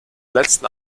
letzten